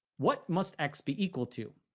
what must x be equal to?